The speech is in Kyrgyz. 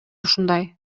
ушундай